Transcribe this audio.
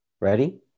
Ready